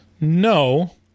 No